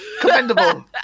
commendable